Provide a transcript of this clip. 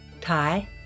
Thai